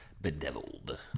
Bedeviled